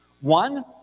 One